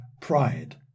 pride